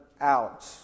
out